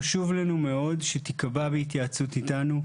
חשוב לנו מאוד שתיקבע בהתייעצות איתנו,